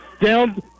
Down